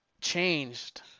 changed